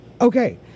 Okay